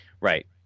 Right